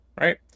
right